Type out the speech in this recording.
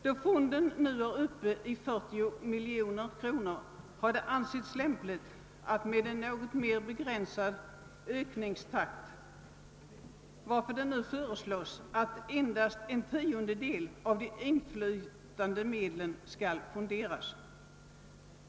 Då fonden nu är uppe i 40 miljoner kronor, har det ansetts lämpligt med en något mer begränsad ökningstakt, varför det föreslås att endast en tiondel av de inflytande medlen skall fonderas.